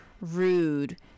rude